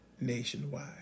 nationwide